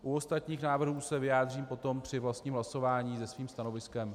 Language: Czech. U ostatních návrhů se vyjádřím potom při vlastním hlasování se svým stanoviskem.